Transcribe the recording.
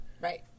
Right